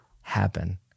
happen